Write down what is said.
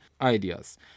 ideas